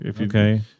Okay